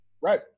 Right